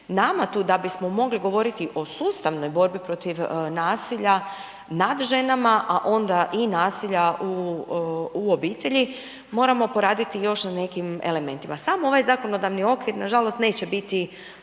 nama tu da bismo mogli govoriti o sustavnoj borbi protiv nasilja nad ženama, a onda i nasilja u obitelji moramo poraditi još na nekim elementima. Sam ovaj zakonodavni okvir nažalost neće biti